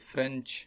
French